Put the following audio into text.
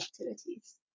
activities